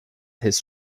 his